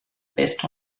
based